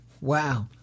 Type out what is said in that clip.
Wow